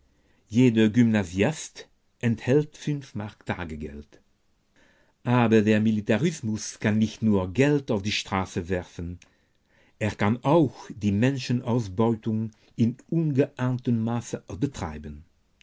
jeder gymnasiast erhält fünf mark tagegeld aber der militarismus kann nicht nur geld auf die straße werfen er kann auch die menschenausbeutung in ungeahntem maße betreiben